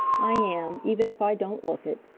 i am, even if i don't look it.